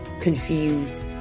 confused